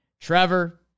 Trevor